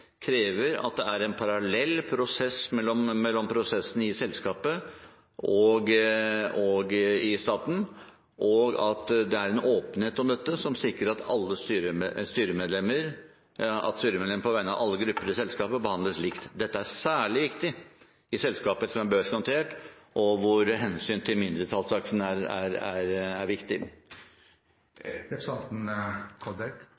krever at det er en parallell prosess mellom selskapet og staten, og at det er en åpenhet om dette som sikrer at alle styremedlemmene, på vegne av alle grupper i selskapet, behandles likt. Dette er særlig viktig i selskaper som er børsnotert, og hvor hensynet til mindretallsaksjonærer er